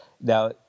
now